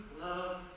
love